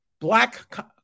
black